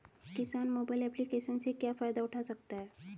किसान mobile application से क्या फायदा उठा सकता है?